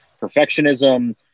perfectionism